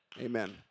Amen